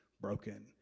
broken